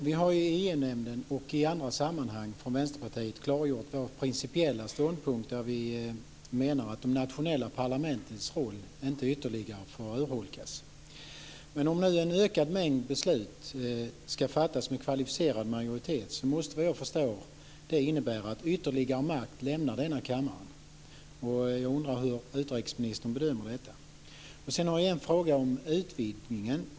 Fru talman! I EU-nämnden och i andra sammanhang har Vänsterpartiet klargjort sin principiella ståndpunkt. Vi menar att de nationella parlamentens roll inte ytterligare får urholkas. Om en ökad mängd beslut nu ska fattas med kvalificerad majoritet måste, vad jag förstår, det innebära att ytterligare makt lämnar denna kammare. Jag undrar hur utrikesministern bedömer detta. Sedan har jag en fråga om utvidgningen.